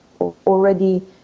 already